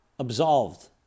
absolved